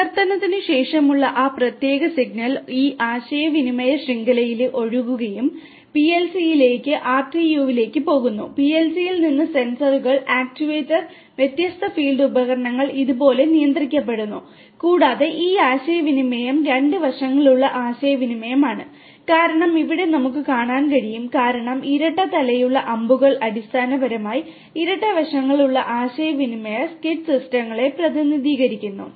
പരിവർത്തനത്തിനു ശേഷമുള്ള ആ പ്രത്യേക സിഗ്നൽ ഈ ആശയവിനിമയ ശൃംഖലയിലൂടെ ഒഴുകുകയും പിഎൽസിയിലേക്ക് നിന്ന് സെൻസറുകൾ ആക്യുവേറ്ററുകൾ വ്യത്യസ്ത ഫീൽഡ് ഉപകരണങ്ങൾ ഇതുപോലെ നിയന്ത്രിക്കപ്പെടുന്നു കൂടാതെ ഈ ആശയവിനിമയങ്ങൾ രണ്ട് വശങ്ങളുള്ള ആശയവിനിമയമാണ് കാരണം ഇവിടെ നമുക്ക് കാണാൻ കഴിയും കാരണം ഇരട്ട തലയുള്ള അമ്പുകൾ അടിസ്ഥാനപരമായി ഇരട്ട വശങ്ങളുള്ള ആശയവിനിമയ SCADA സിസ്റ്റങ്ങളെ പ്രതിനിധീകരിക്കുന്നു